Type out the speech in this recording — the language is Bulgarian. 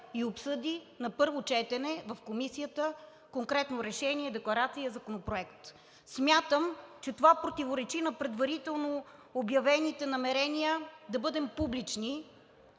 и обсъди на първо четене в комисията конкретно решение, декларация и законопроект. Смятам, че това противоречи на предварително обявените намерения да бъдем публични,